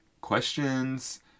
questions